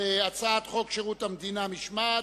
הצעת חוק שירות המדינה (משמעת)